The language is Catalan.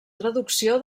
traducció